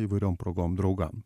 įvairiom progom draugam